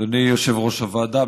אדוני יושב-ראש הוועדה,